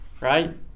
right